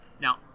Now